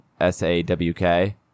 S-A-W-K